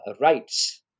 rights